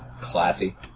Classy